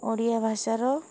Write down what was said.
ଓଡ଼ିଆ ଭାଷାର